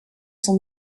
son